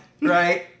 Right